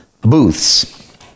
booths